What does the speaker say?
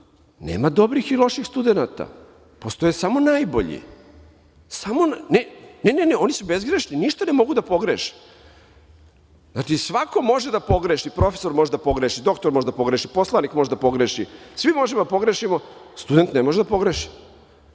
nema dobrih i loših studenata. Postoje samo najbolji. Ne, ne, oni su bezgrešni, ništa ne mogu da pogreše. Svako može da pogreši, profesor može da pogreši, doktor može da pogreši, poslanik može da pogreši, svi mi možemo da pogrešimo, student ne može da pogreši.